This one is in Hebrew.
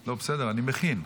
לא, בסדר, אני מכין.